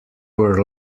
were